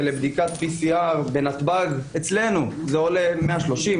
לבדיקת PCR. אצלנו הבדיקה עולה 130,